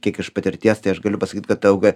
kiek iš patirties tai aš galiu pasakyt kad auga